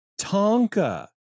Tonka